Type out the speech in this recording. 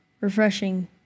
refreshing